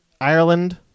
Ireland